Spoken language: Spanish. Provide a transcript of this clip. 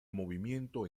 movimiento